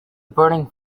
burning